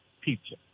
pizza